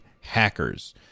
hackers